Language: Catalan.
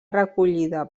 recollida